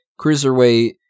Cruiserweight